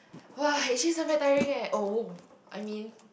!wah! actually this one very tiring oh !woo! I mean